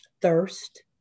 thirst